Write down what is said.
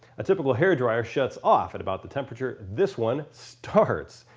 a typical hair dryer shuts off at about the temperature this one starts.